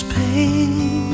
pain